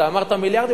אמרת מיליארדים,